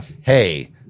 hey